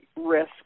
risk